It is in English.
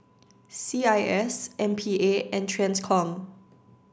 C I S M P A and TRANSCOM